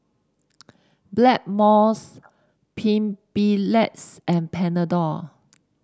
Blackmores and Panadol